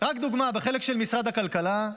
רק דוגמה: בחלק של משרד הכלכלה,